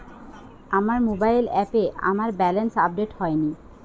আমার মোবাইল অ্যাপে আমার ব্যালেন্স আপডেট হয়নি